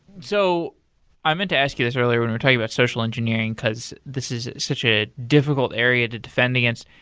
so i meant to asked you this earlier when we're talking about social engineering, because this is such a difficult area to defend against.